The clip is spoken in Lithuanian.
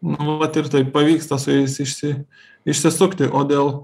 nu vat ir taip pavyksta su jais išsi išsisukti o dėl